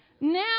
Now